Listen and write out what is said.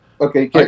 okay